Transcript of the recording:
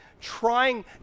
trying